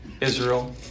Israel